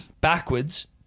Backwards